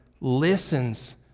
listens